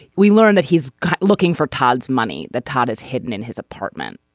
we learn that he's looking for todd's money that todd has hidden in his apartment.